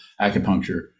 acupuncture